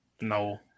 No